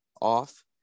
off